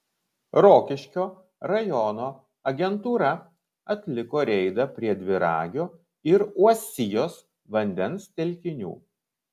rokiškio rajono agentūra atliko reidą prie dviragio ir uosijos vandens telkinių